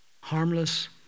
harmless